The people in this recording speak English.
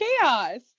Chaos